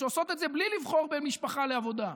שעושות את זה בלי לבחור בין משפחה לעבודה,